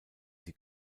sie